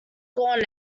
gone